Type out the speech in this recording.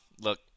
Look